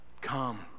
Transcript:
Come